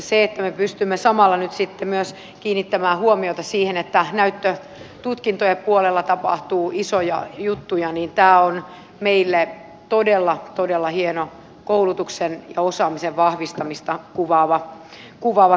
se että me pystymme samalla nyt sitten myös kiinnittämään huomiota siihen että näyttötutkintojen puolella tapahtuu isoja juttuja on meille todella todella hieno koulutuksen ja osaamisen vahvistamista kuvaava kehityskaari